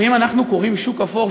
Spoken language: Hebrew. ואם אנחנו קוראים "שוק אפור",